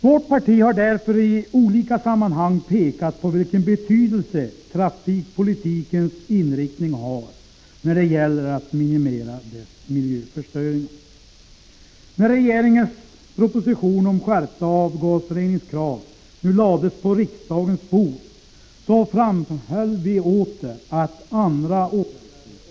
Vårt parti har därför i olika sammanhang pekat på den betydelse trafikpolitikens inriktning har när det gäller att minimera dessa miljöförstöringar. När regeringens proposition om skärpta avgasreningskrav nu lades på riksdagens bord, framhöll vi åter att andra åtgärder också måste vidtas.